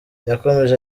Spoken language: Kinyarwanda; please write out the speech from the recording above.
yakomeje